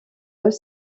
eux